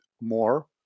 more